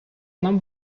нам